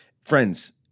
Friends